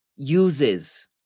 uses